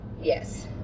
Yes